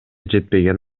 жетпеген